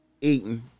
eating